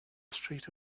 street